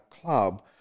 club